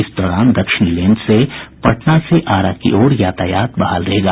इस दौरान दक्षिणी लेन से पटना से आरा की ओर यातायात बहाल रहेगा